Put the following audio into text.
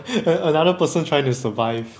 another person trying to survive